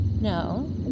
No